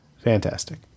fantastic